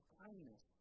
kindness